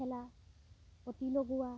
মেখেলা পতি লগোৱা